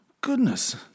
Goodness